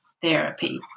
therapy